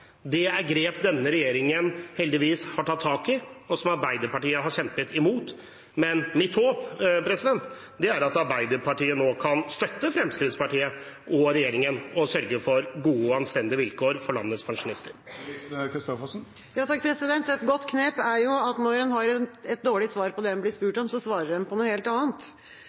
Det er grep denne regjeringen heldigvis har tatt, og som Arbeiderpartiet har kjempet imot. Men mitt håp er at Arbeiderpartiet nå kan støtte Fremskrittspartiet og regjeringen og sørge for gode og anstendige vilkår for landets pensjonister. Et godt knep er at når en har et dårlig svar på det en blir spurt om, så svarer en på noe helt annet.